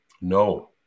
No